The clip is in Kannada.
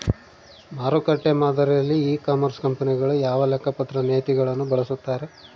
ಮಾರುಕಟ್ಟೆ ಮಾದರಿಯಲ್ಲಿ ಇ ಕಾಮರ್ಸ್ ಕಂಪನಿಗಳು ಯಾವ ಲೆಕ್ಕಪತ್ರ ನೇತಿಗಳನ್ನು ಬಳಸುತ್ತಾರೆ?